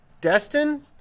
Destin